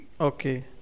Okay